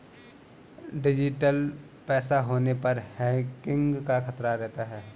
digital पैसा होने पर हैकिंग का खतरा रहता है